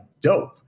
dope